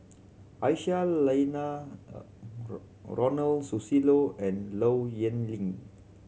Aisyah Lyana Ronald Susilo and Low Yen Ling